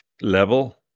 level